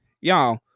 y'all